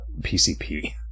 PCP